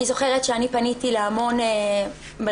אני זוכרת שאני פניתי להמון מרכזים.